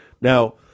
Now